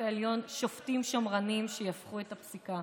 העליון שופטים שמרנים שיהפכו את הפסיקה.